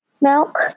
Milk